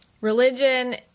Religion